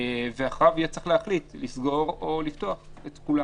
ואחריו יהיה צריך להחליט אם לסגור או לפתוח את כולם.